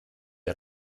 wir